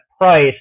price